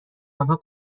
آنها